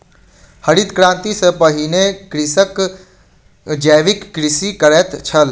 हरित क्रांति सॅ पहिने कृषक जैविक कृषि करैत छल